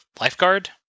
lifeguard